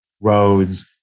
roads